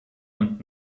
und